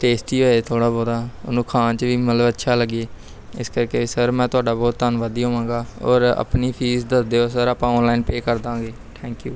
tasty ਹੋਏ ਥੋੜ੍ਹਾ ਬਹੁਤਾ ਉਹਨੂੰ ਖਾਣ 'ਚ ਵੀ ਮਤਲਬ ਅੱਛਾ ਲੱਗੇ ਇਸ ਕਰਕੇ ਸਰ ਮੈਂ ਤੁਹਾਡਾ ਬਹੁਤ ਧੰਨਵਾਦੀ ਹੋਵਾਂਗਾ ਔਰ ਆਪਣੀ ਫੀਸ ਦੱਸ ਦਿਓ ਸਰ ਆਪਾਂ ਔਨਲਾਈਨ ਪੇ ਕਰ ਦਾਂਗੇ ਥੈਂਕ ਯੂ